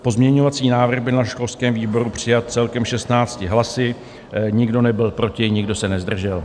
Pozměňovací návrh byl na školském výboru přijat celkem šestnácti hlasy, nikdo nebyl proti, nikdo se nezdržel.